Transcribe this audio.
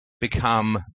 become